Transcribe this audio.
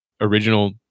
original